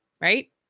Right